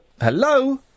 Hello